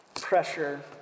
pressure